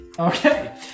Okay